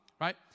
right